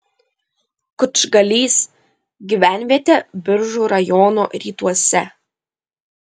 kučgalys gyvenvietė biržų rajono rytuose